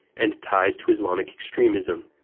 and ties to islamic extremism.